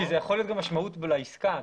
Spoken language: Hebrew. כי יכולה להיות משמעות גם לעסקה.